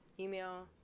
email